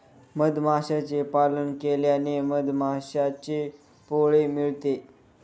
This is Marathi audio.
मधमाशांचे पालन केल्याने मधमाशांचे पोळे मिळते